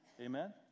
Amen